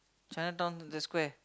Chinatown the square